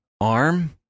arm